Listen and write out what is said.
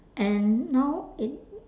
and now it